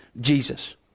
Jesus